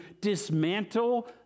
dismantle